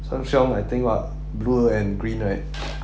Sheng Siong I think what blue and green right